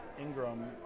Ingram